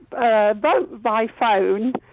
ah but by phone,